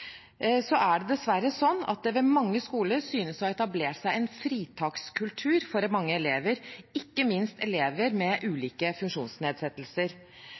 er det også sånn at det ved mange skoler synes å ha etablert seg en fritakskultur for mange elever, ikke minst elever med ulike funksjonsnedsettelser.